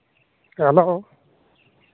hello